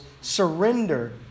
surrender